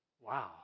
Wow